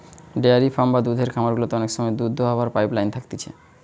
dairy farm বা দুধের খামার গুলাতে অনেক সময় দুধ দোহাবার পাইপ লাইন থাকতিছে